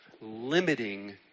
Limiting